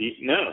No